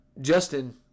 Justin